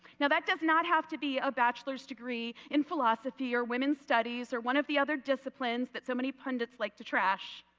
now that does not have to be a bachelor's degree in philosophy or women's studies or one of other disciplines that so many pun dants like to trash.